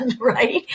right